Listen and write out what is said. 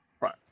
Right